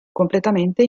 completamente